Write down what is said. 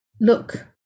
look